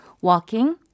Walking